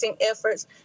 efforts